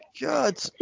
God